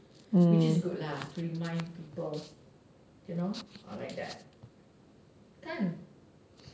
which is good lah to remind people you know kind of like that kan